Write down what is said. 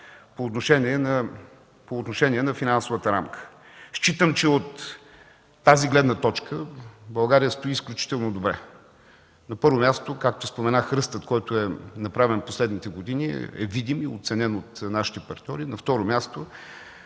по отношение на финансовата рамка. Считам, че от тази гледна точка България стои изключително добре. На първо място, както споменах, ръстът, който е направен през последните години, е видим и оценен от нашите партньори. На второ място,